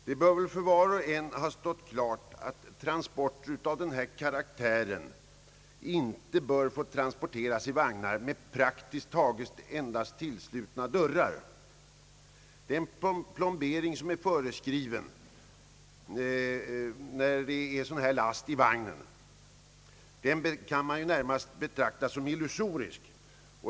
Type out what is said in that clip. Det bör väl för var och en stå klart att laster av denna karaktär inte kan få transporteras i vagnar som praktiskt taget endast har tillslutna dörrar. Den plombering som är föreskriven för sådana här laster kan närmast betraktas som illusorisk.